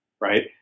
right